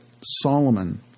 Solomon